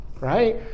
right